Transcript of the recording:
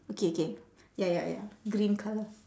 okay K ya ya ya green colour